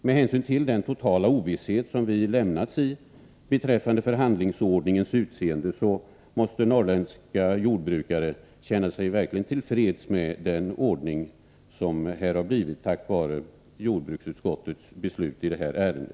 Med hänsyn till den totala ovisshet beträffande förhandlingsordningens utseende som vi lämnats i måste norrländska jordbrukare verkligen känna sig till freds med den situation som nu uppstått tack vare jordbruksutskottets ställningstagande i detta ärende.